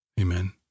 Amen